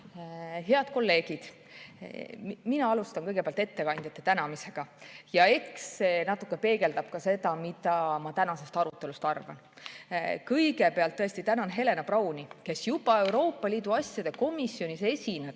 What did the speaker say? Head kolleegid! Mina alustan ettekandjate tänamisega. Eks see natuke peegeldab ka seda, mida ma tänasest arutelust arvan. Kõigepealt tõesti tänan Helena Brauni, kes juba Euroopa Liidu asjade komisjonis esinedes